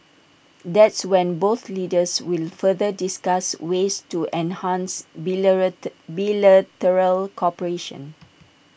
that's when both leaders will further discuss ways to enhance bilateral cooperation